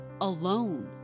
alone